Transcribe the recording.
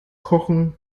kochen